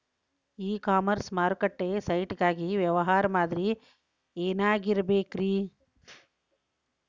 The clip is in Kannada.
ಇ ಕಾಮರ್ಸ್ ಮಾರುಕಟ್ಟೆ ಸೈಟ್ ಗಾಗಿ ವ್ಯವಹಾರ ಮಾದರಿ ಏನಾಗಿರಬೇಕ್ರಿ?